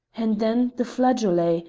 and then the flageolet,